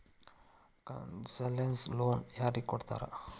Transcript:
Concessional loan ಯಾರಿಗ್ ಕೊಡ್ತಾರ?